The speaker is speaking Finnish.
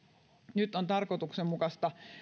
nyt on tarkoituksenmukaista